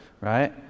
right